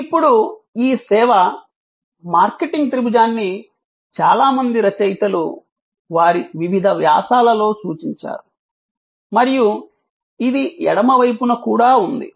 ఇప్పుడు ఈ సేవ మార్కెటింగ్ త్రిభుజాన్ని చాలా మంది రచయితలు వారి వివిధ వ్యాసాలలో సూచించారు మరియు ఇది ఎడమ వైపున కూడా ఉంది